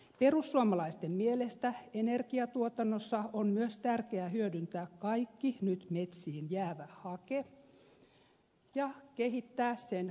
perussuomalaisten mielestä energiantuotannossa on myös tärkeää hyödyntää kaikki nyt metsiin jäävä hake ja kehittää sen korjuumenetelmiä